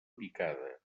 picada